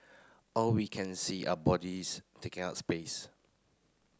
all we can see are bodies taking up space